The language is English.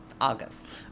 August